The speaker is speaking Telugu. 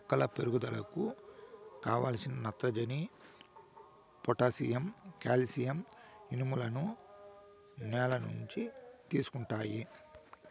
మొక్కల పెరుగుదలకు కావలసిన నత్రజని, పొటాషియం, కాల్షియం, ఇనుములను నేల నుంచి తీసుకుంటాయి